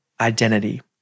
identity